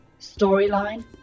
storyline